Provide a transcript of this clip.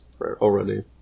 already